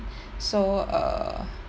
so err